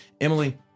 Emily